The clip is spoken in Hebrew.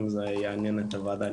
אם זה יעניין את הוועדה,